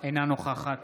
אינה נוכחת